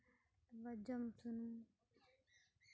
ᱟᱵᱟᱨ ᱡᱚᱢ ᱥᱩᱱᱩᱢ